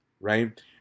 Right